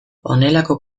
honelako